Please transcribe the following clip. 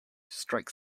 strikes